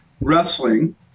wrestling